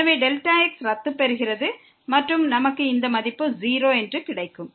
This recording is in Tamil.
எனவே Δx ரத்து பெறுகிறது மற்றும் நமக்கு இந்த மதிப்பு 0 என்று கிடைக்கும்